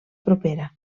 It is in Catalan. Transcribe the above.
propera